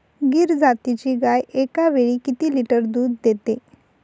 गीर जातीची गाय एकावेळी किती लिटर दूध देते?